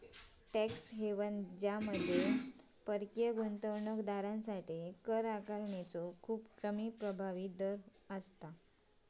tax haven ज्यामध्ये परकीय गुंतवणूक दारांसाठी कर आकारणीचो खूप कमी प्रभावी दर हा